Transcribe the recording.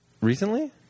Recently